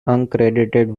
uncredited